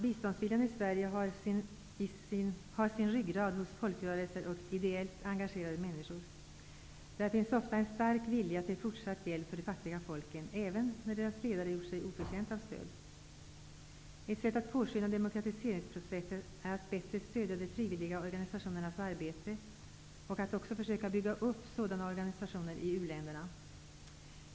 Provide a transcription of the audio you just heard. Biståndsviljan i Sverige har sin ryggrad hos folkrörelser och ideellt engagerade människor. Där finns ofta en stark vilja till fortsatt hjälp för de fattiga folken även när deras ledare gjort sig oförtjänta av stöd. Ett sätt att påskynda demokratiseringsprocessen är att bättre stödja de frivilliga organisationernas arbete och att också försöka bygga upp sådana organisationer i u-länderna.